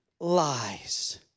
lies